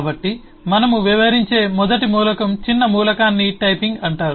కాబట్టి మనము వ్యవహరించే మొదటి మూలకం చిన్న మూలకాన్ని టైపింగ్ అంటారు